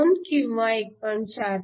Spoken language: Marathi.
42 किंवा 1